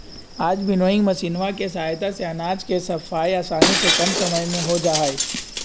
आज विन्नोइंग मशीनवा के सहायता से अनाज के सफाई आसानी से कम समय में हो जाहई